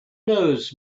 knows